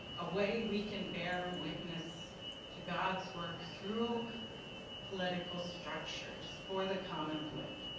a way we can bear witness to god's work through political structures, for the common good.